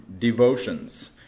devotions